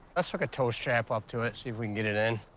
let's hook a tow strap up to it, see if we can get it in.